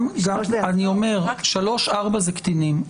אני אומר, 3(4) זה קטינים.